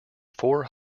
four